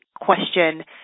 question